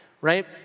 right